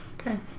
Okay